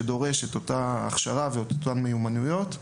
שדורש את אותה הכשרה ואת אותן מיומנויות.